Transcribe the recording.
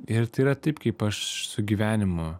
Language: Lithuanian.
ir tai yra taip kaip aš su gyvenimu